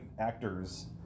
actors